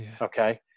okay